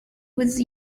was